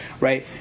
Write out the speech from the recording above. right